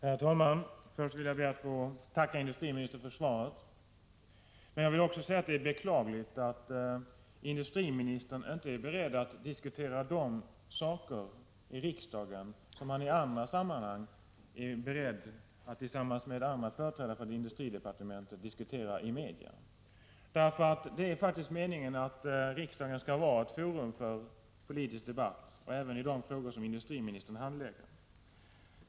Herr talman! Först vill jag be att få tacka industriministern för svaret. Jag vill också säga att det är beklagligt att industriministern inte är beredd att i riksdagen diskutera de frågor som han i andra sammanhang är beredd att tillsammans med andra företrädare för industridepartementet diskutera i media. Det är faktiskt meningen att riksdagen skall vara ett forum för politisk debatt även i de frågor som industriministern handlägger.